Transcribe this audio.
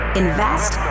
invest